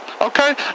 okay